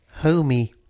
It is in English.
Homie